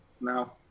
no